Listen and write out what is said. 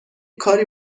کاری